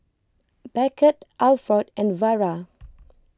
Beckett Alford and Vara